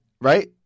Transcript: right